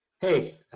Hey